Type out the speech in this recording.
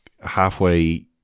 halfway